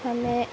ہمیں